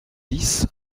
dix